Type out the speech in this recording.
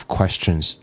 Questions